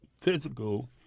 physical